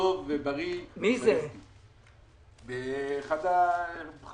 כבר היום 40% משווי השוק מנוהל על-ידי